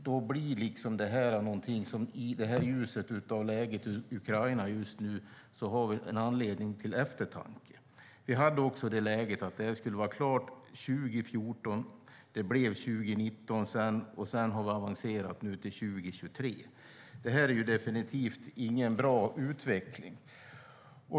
Då blir det här någonting som, i ljuset av vad som händer i Ukraina, ger oss anledning till eftertanke. Det här skulle vara klart 2014. Det blev 2019, och nu har vi avancerat till 2023. Det är definitivt ingen bra utveckling.